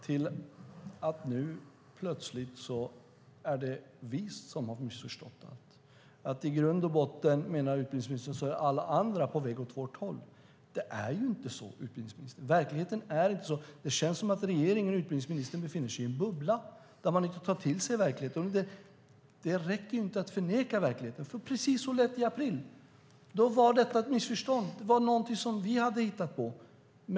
Nu är det plötsligt vi som har missförstått. Utbildningsministern menar att alla andra är på väg åt vårt håll. Det är inte så. Det känns som om regeringen och utbildningsministern befinner sig i en bubbla där det inte går att ta till sig verkligheten. Det går inte att förneka verkligheten. Det lät likadant i maj. Då var detta ett missförstånd. Det var något som vi hade hittat på.